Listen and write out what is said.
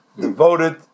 devoted